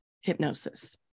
hypnosis